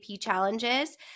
challenges